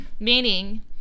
Meaning